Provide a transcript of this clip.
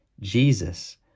Jesus